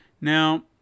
Now